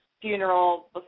funeral